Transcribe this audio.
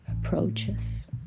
approaches